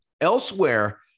Elsewhere